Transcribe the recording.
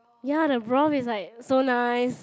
ya the broth is like so nice